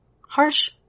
Harsh